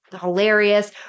hilarious